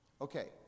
okay